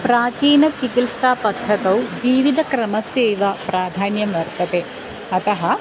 प्राचीनचिकिल्सापद्धत्या जीवितक्रमस्यैव प्राधान्यं वर्तते अतः